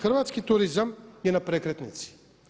Hrvatski turizam je na prekretnici.